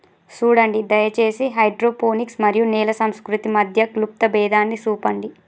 సూడండి దయచేసి హైడ్రోపోనిక్స్ మరియు నేల సంస్కృతి మధ్య క్లుప్త భేదాన్ని సూపండి